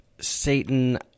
Satan